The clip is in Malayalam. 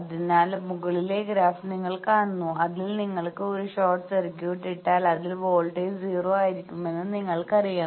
അതിനാൽ മുകളിലെ ഗ്രാഫ് നിങ്ങൾ കാണുന്നു അതിൽ നിങ്ങൾ ഒരു ഷോർട്ട് സർക്യൂട്ട് ഇട്ടാൽ അവിടെ വോൾട്ടേജ് 0 ആയിരിക്കുമെന്ന് നിങ്ങൾക്കറിയാം